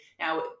Now